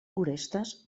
orestes